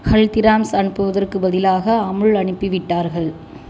ஹல்திராம்ஸ் அனுப்புவதற்குப் பதிலாக அமுல் அனுப்பிவிட்டார்கள்